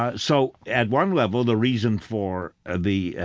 ah so at one level, the reason for the, ah,